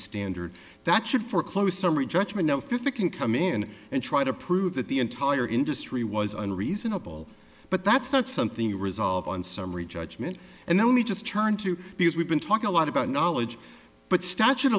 standard that should foreclose summary judgment no fifty can come in and try to prove that the entire industry was on reasonable but that's not something you resolve on summary judgment and then we just turn to because we've been talking a lot about knowledge but statute